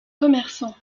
commerçant